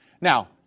Now